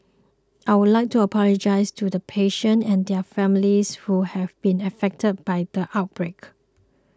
I would like to apologise to the patients and their families who have been affected by the outbreak